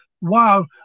Wow